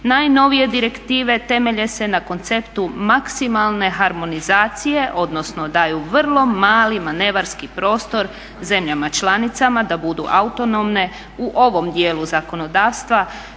najnovije direktive temelje se na konceptu maksimalne harmonizacije odnosno daju vrlo mali manevarski prostor zemljama članicama da budu autonomne u ovom djelu zakonodavstva